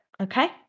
Okay